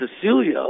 Cecilia